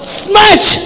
smash